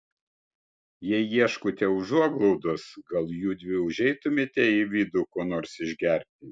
jei ieškote užuoglaudos gal judvi užeitumėte į vidų ko nors išgerti